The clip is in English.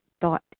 thought